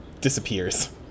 disappears